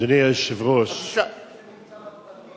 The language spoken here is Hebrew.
אומרים שאלוהים נמצא בפרטים.